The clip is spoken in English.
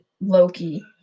Loki